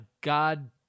God